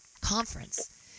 conference